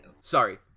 Sorry